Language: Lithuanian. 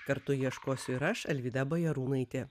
kartu ieškosiu ir aš alvyda bajarūnaitė